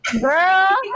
girl